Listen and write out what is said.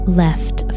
left